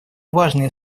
важные